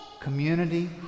community